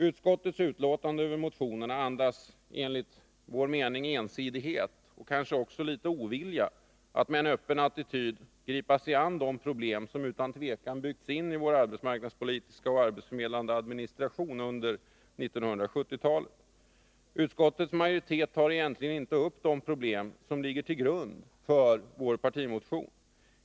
Utskottets utlåtande över motionerna andas enligt vår mening ensidighet och kanske också ovilja att med en öppen attityd gripa sig an de problem som utan tvivel byggts in i vår arbetsmarknadspolitiska och arbetsförmedlande administration under 1970-talet. Utskottets majoritet tar egentligen inte upp de problem som ligger till grund för vår partimotion.